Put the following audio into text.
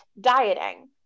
dieting